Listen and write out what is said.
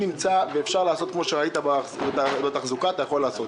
ואפשר לעשות כמו שראית בתחזוקה, אתה יכול לעשות.